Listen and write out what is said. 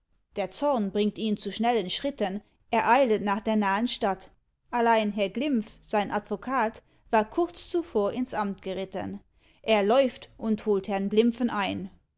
der zorn bringt ihn zu schnellen schritten er eilet nach der nahen stadt allein herr glimpf sein advokat war kurz zuvor ins amt geritten er läuft und holt herrn glimpfen ein